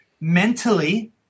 mentally